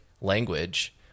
language